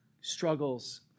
struggles